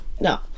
No